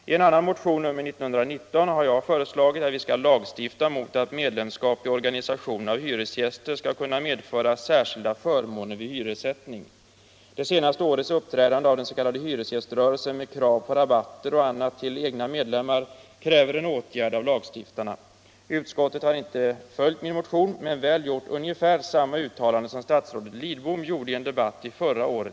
I en annan motion, nr 1919, har jag föreslagit att vi skall lagstifta mot att medlemskap i en organisation av hyresgäster skall kunna medföra särskilda förmåner vid hyressättning. Det senaste årets uppträdande av den s.k. hyresgäströrelsen med krav på rabatter och annat till egna medlemmar kräver en åtgärd av lagstiftarna. Utskottet har inte följt min motion men väl gjort ungefär samma uttalande som statsrådet Lidbom gjorde i en debatt i kammaren förra året.